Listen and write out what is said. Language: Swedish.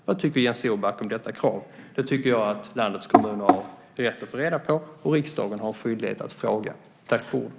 Vad tycker Jens Orback om detta krav? Det tycker jag att landets kommuner har rätt att få reda på och riksdagen har en skyldighet att fråga om.